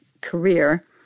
career